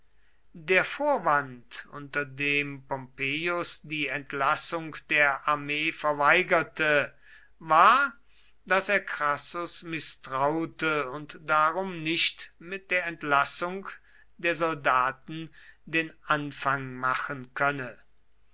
der vorwand unter dem pompeius die entlassung der armee verweigerte war daß er crassus mißtraute und darum nicht mit der entlassung der soldaten den anfang machen könne